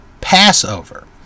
Passover